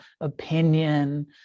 opinion